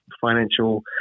financial